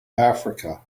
africa